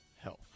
health